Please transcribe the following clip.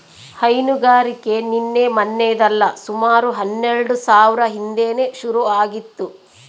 ಹೈನುಗಾರಿಕೆ ನಿನ್ನೆ ಮನ್ನೆದಲ್ಲ ಸುಮಾರು ಹನ್ನೆಲ್ಡು ಸಾವ್ರ ಹಿಂದೇನೆ ಶುರು ಆಗಿತ್ತು